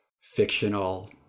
fictional